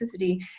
toxicity